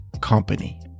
company